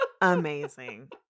amazing